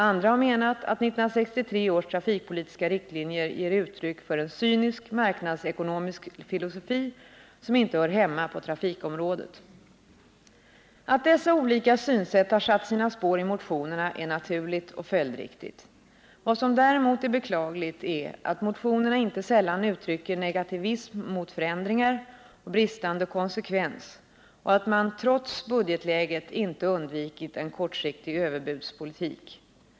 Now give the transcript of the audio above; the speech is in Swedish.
Andra har menat att 1963 års trafikpolitiska riktlinjer ger uttryck för en cynisk marknadsekonomisk filosofi, som inte hör hemma på trafikområdet. Att dessa olika synsätt har satt sina spår i motionerna är naturligt och följdriktigt. Vad som däremot är beklagligt är att motionerna inte sällan uttrycker negativism mot förändringar och bristande konsekvens och att man —- trots budgetläget — inte undvikit en kortsiktig överbudspolitik.